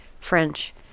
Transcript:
French